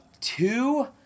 Two